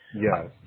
Yes